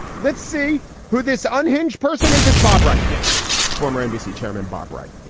let's see who this unhinged person is it's bob right. yes it's former nbc chairman bob wright.